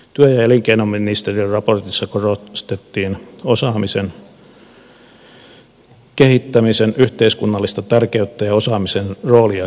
työ ja elinkeinoministeriön raportissa korostettiin osaamisen kehittämisen yhteiskunnallista tärkeyttä ja osaamisen roolia kilpailuvalttina